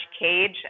cage